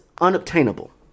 unobtainable